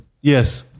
Yes